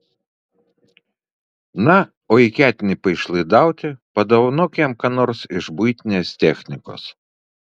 na o jei ketini paišlaidauti padovanok jam ką nors iš buitinės technikos